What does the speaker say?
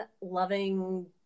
loving